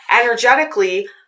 Energetically